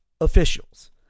officials